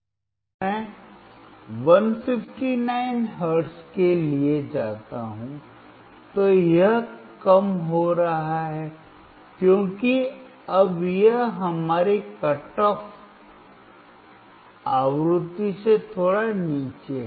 अगर मैं 159 हर्ट्ज के लिए जाता हूं तो यह कम हो रहा है क्योंकि अब यह हमारी कट ऑफ आवृत्ति से थोड़ा नीचे है